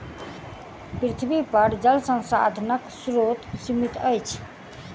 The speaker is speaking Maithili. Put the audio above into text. पृथ्वीपर जल संसाधनक स्रोत सीमित अछि